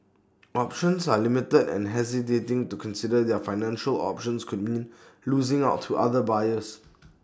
options are limited and hesitating to consider their financial options could mean losing out to other buyers